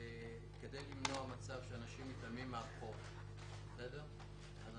כדי למנוע מצב שאנשים מתעלמים מהחוב, גם